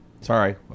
Sorry